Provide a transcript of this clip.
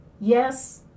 Yes